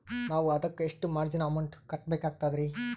ನಾವು ಅದಕ್ಕ ಎಷ್ಟ ಮಾರ್ಜಿನ ಅಮೌಂಟ್ ಕಟ್ಟಬಕಾಗ್ತದ್ರಿ?